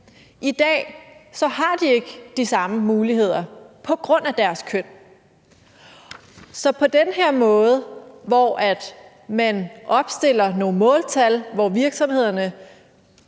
I dag har de ikke de samme muligheder på grund af deres køn, så på den her måde, hvor man opstiller nogle måltal, så virksomhederne